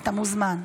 אתה מוזמן.